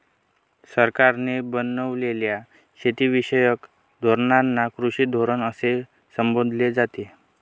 सरकारने बनवलेल्या शेतीविषयक धोरणांना कृषी धोरण असे संबोधले जाते